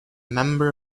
member